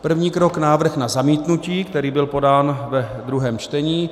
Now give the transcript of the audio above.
První krok návrh na zamítnutí, který byl podán ve druhém čtení.